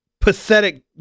pathetic